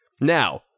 Now